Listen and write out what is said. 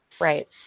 right